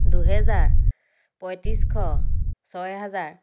দুহেজাৰ পঁয়ত্ৰিছশ ছয় হেজাৰ